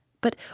But